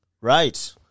Right